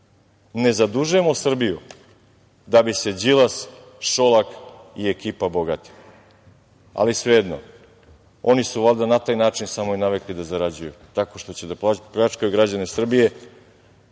zadužujemo Srbiju da bi se Đilas, Šolak i ekipa bogatili. Svejedno, oni su valjda na taj način samo i navikli da zarađuju, tako što će da pljačkaju građane Srbije.